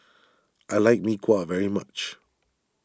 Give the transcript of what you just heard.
I like Mee Kuah very much